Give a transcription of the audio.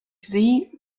sie